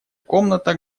комната